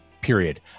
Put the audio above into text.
period